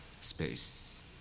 space